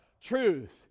truth